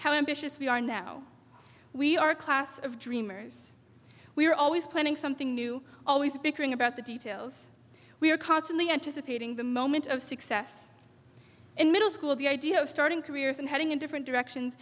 ambitious we are now we are a class of dreamers we are always planning something new always bickering about the details we are constantly anticipating the moment of success in middle school the idea of starting careers and heading in different directions